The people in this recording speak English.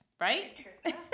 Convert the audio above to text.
right